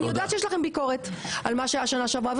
ואני יודעת שיש לכם ביקורת על מה שהיה שנה שעברה,